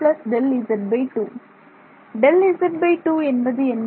Δz2 என்பது என்ன